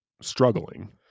struggling